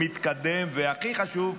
מתקדם והכי חשוב,